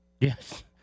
Yes